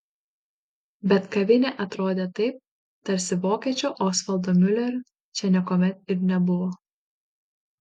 bet kavinė atrodė taip tarsi vokiečio osvaldo miulerio čia niekuomet ir nebuvo